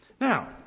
Now